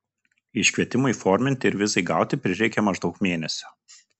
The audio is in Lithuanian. iškvietimui įforminti ir vizai gauti prireikė maždaug mėnesio